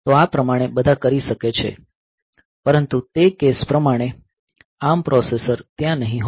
તો આ પ્રમાણે બધા કરી શકે છે પરંતુ તે કેસ પ્રમાણે ARM પ્રોસેસર ત્યાં નહીં હોય